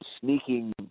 sneaking